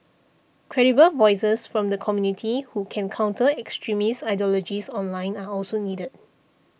credible voices from the community who can counter extremist ideologies online are also needed